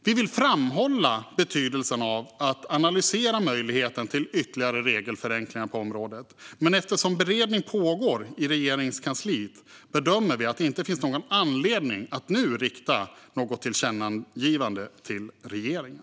Vi vill framhålla betydelsen av att analysera möjligheten till ytterligare regelförenklingar på området. Men eftersom beredning pågår i Regeringskansliet bedömer vi att det inte finns någon anledning att nu rikta något tillkännagivande till regeringen.